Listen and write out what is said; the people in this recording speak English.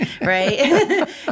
right